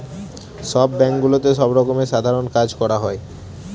সব ব্যাঙ্কগুলোতে সব রকমের সাধারণ কাজ করা হয়